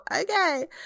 okay